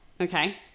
okay